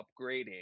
upgrading